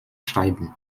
schreiben